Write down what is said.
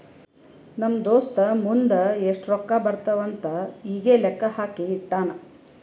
ನಮ್ ದೋಸ್ತ ಮುಂದ್ ಎಷ್ಟ ರೊಕ್ಕಾ ಬರ್ತಾವ್ ಅಂತ್ ಈಗೆ ಲೆಕ್ಕಾ ಹಾಕಿ ಇಟ್ಟಾನ್